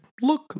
look